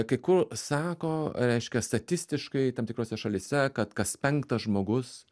kai kur sako reiškia statistiškai tam tikrose šalyse kad kas penktas žmogus